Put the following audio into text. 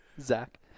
Zach